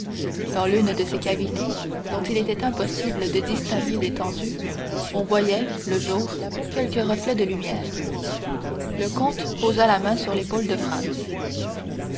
dans l'une de ces cavités dont il était impossible de distinguer l'étendue on voyait le jour quelques reflets de lumière le comte posa la main sur l'épaule de franz